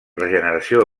regeneració